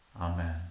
Amen